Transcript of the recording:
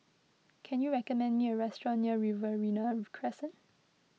can you recommend me a restaurant near Riverina Crescent